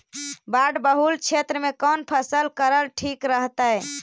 बाढ़ बहुल क्षेत्र में कौन फसल करल ठीक रहतइ?